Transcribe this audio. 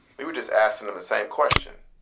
we were just asking him the same question,